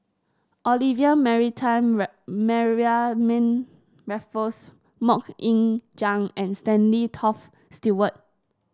Olivia marry time Mariamne Raffles MoK Ying Jang and Stanley Toft Stewart